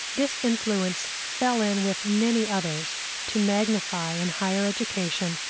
this influence fell in with many others to magnify, in higher education,